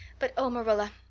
but oh, marilla,